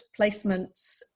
placements